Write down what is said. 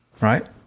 Right